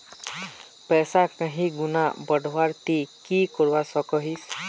पैसा कहीं गुणा बढ़वार ती की करवा सकोहिस?